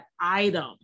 item